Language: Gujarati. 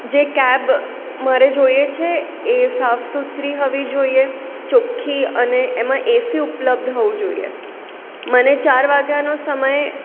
જે કેબ મારે જોઈએ છે એ સાફસુથરી હોવી જોઈએ ચોખ્ખી અને એમાં એસી ઉપલબ્ધ હોવું જોઈએ મને ચાર વાગ્યાનો સમય